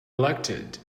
elected